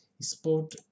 sport